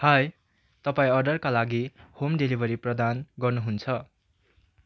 high तपाईँ अर्डरका लागि होम डिलिभरी प्रदान गर्नुहुन्छ